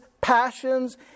passions